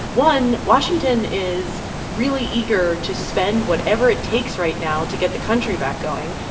one, washington is really eager to spend whatever it takes right now to get the country back going.